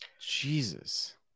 Jesus